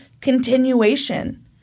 continuation